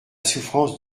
souffrance